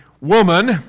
woman